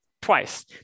twice